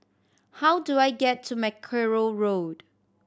how do I get to Mackerrow Road